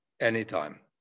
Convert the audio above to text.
anytime